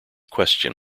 question